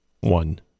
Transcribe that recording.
one-